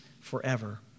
forever